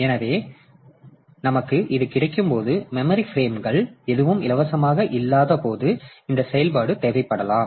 எனவே நமக்கு இது கிடைக்கும்போது மெமரி பிரேம்கள் எதுவும் இலவசமாக இல்லாதபோது இந்த செயல்பாடு தேவைப்படலாம்